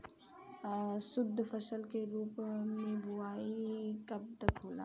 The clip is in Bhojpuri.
शुद्धफसल के रूप में बुआई कब तक होला?